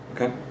Okay